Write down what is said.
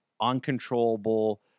uncontrollable